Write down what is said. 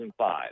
2005